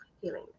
healing